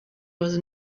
was